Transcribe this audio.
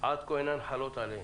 כה אינן חלות עליהן.